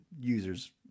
users